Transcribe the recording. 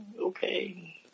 okay